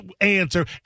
answer